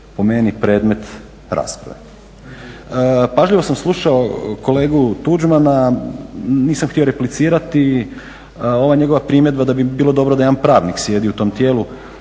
po meni predmet rasprave. Pažljivo sam slušao kolegu Tuđmana, nisam htio replicirati, ova njegova primjedba da bi bilo dobro da jedan pravnik sjedi u tom tijelu,